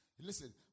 Listen